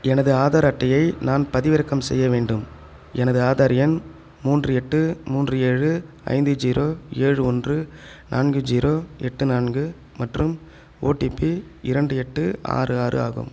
எனது ஆதார் அட்டையை நான் பதிவிறக்கம் செய்ய வேண்டும் எனது ஆதார் எண் மூன்று எட்டு மூன்று ஏழு ஐந்து ஜீரோ ஏழு ஒன்று நான்கு ஜீரோ எட்டு நான்கு மற்றும் ஓடிபி இரண்டு எட்டு ஆறு ஆறு ஆகும்